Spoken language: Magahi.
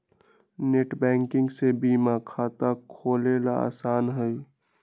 नेटबैंकिंग से बीमा खाता खोलेला आसान हई